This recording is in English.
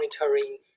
monitoring